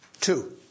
Two